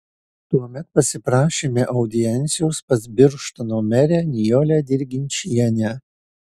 tuomet pasiprašėme audiencijos pas birštono merę nijolę dirginčienę